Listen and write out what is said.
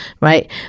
right